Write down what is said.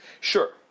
Sure